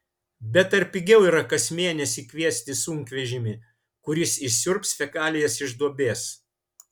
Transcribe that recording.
bet ar pigiau yra kas mėnesį kviestis sunkvežimį kuris išsiurbs fekalijas iš duobės